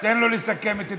תן לו לסכם את דבריו.